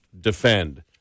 defend